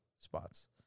spots